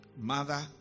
Mother